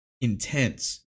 intense